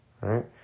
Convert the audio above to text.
right